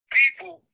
people